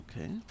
Okay